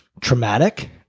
traumatic